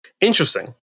Interesting